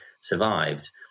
survives